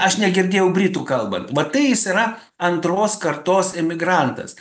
aš negirdėjau britų kalbant va tai jis yra antros kartos imigrantas